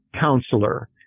counselor